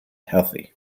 healthy